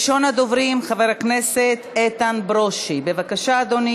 48 חברי כנסת בעד, 41 מתנגדים,